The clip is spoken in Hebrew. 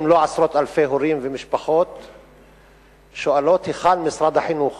אם לא עשרות-אלפי הורים ומשפחות שואלים: היכן שר החינוך